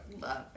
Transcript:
Love